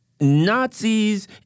Nazis